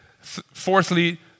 fourthly